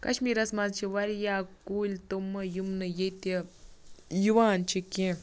کَشمیرَس منٛز چھ وارِیاہ کُلۍ تِم یِم نہٕ ییٚتہِ یِوان چھِ کیٚنٛہہ